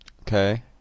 Okay